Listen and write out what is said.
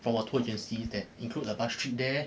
from a tour agency that include a bus trip there